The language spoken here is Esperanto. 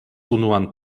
unuan